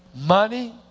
Money